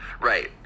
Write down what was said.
Right